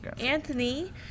Anthony